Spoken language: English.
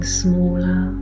smaller